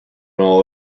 all